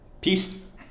Peace